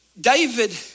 David